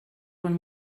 von